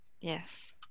Yes